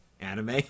anime